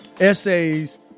essays